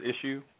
issue